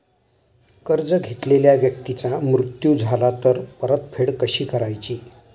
कर्ज घेतलेल्या व्यक्तीचा मृत्यू झाला तर परतफेड कशी करायची?